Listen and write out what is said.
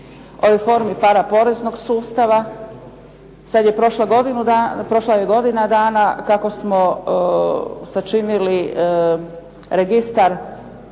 reformi paraporeznog sustava. Sad je prošla godina dana kako smo sačinili registar